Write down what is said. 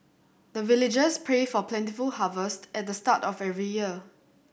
the villagers pray for plentiful harvest at the start of every year